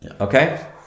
Okay